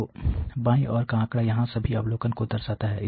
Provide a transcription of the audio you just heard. तो बाईं ओर का आंकड़ा यहां सभी अवलोकन को दर्शाता है